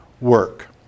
work